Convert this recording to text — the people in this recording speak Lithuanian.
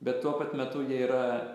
bet tuo pat metu jie yra